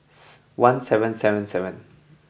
one seven seven seven